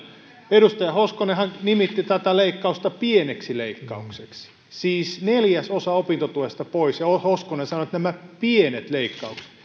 edustaja hoskonenhan nimitti tätä leikkausta pieneksi leikkaukseksi siis neljäsosa opintotuesta pois ja hoskonen sanoi että nämä pienet leikkaukset